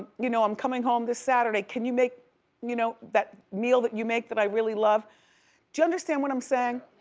you know i'm coming home this saturday, can you make you know that meal that you make that i really love? do you understand what i'm saying?